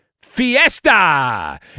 fiesta